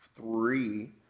three